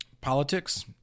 politics